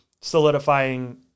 solidifying